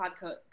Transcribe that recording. podcast